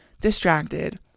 distracted